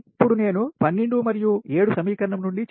ఇప్పుడు నేను 12 మరియు 7 సమీకరణం నుండి చెప్పాను CF 1FD